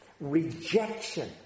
rejection